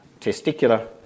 testicular